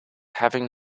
having